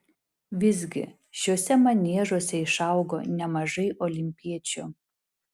visgi šiuose maniežuose išaugo nemažai olimpiečių